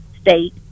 state